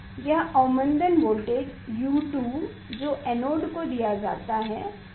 यह अवमंदन वोल्टेज है U2 जो एनोड को दिया जाता है